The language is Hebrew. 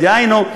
דהיינו,